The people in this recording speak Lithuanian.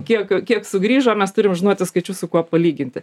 kiek kiek sugrįžo mes turim žinoti skaičius su kuo palyginti